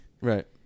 right